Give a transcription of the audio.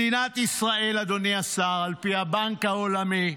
מדינת ישראל, אדוני השר, על פי הבנק העולמי,